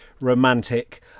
romantic